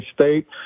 state